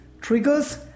triggers